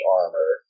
armor